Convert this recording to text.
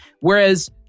Whereas